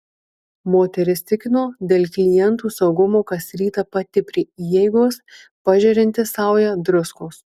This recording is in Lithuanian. moteris tikino dėl klientų saugumo kas rytą pati prie įeigos pažerianti saują druskos